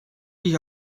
sich